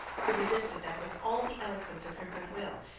who resisted them with all the eloquence of her good-will,